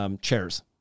Chairs